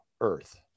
earth